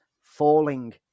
falling